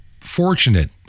fortunate